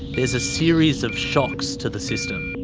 there's a series of shocks to the system.